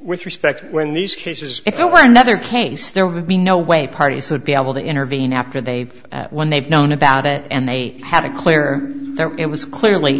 with respect when these cases if there were another case there would be no way parties would be able to intervene after they've won they've known about it and they have a clear and was clearly